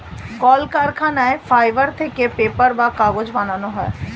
কলকারখানায় ফাইবার থেকে পেপার বা কাগজ বানানো হয়